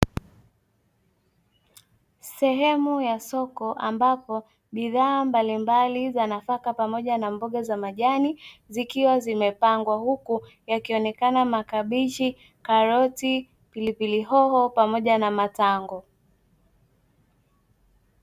Sehemu ya soko ambako bidhaa mbalimbali za nafaka pamoja na mboga za majani zikiwa zimepangwa huku yakionekana makabichi, karoti, pilipili hoho pamoja na matango.